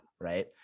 Right